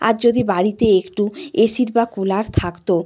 আজ যদি বাড়িতে একটু এসি বা কুলার থাকত